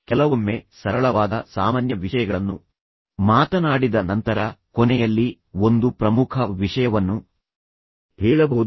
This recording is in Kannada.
ಕೆಲವೊಮ್ಮೆ ಸರಳವಾದ ಸಾಮಾನ್ಯ ವಿಷಯಗಳನ್ನು ಮಾತನಾಡಿದ ನಂತರ ಕೊನೆಯಲ್ಲಿ ಒಂದು ಪ್ರಮುಖ ವಿಷಯವನ್ನು ಹೇಳಬಹುದು